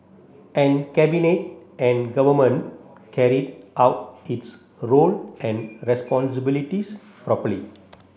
and Cabinet and Government carried out its role and responsibilities properly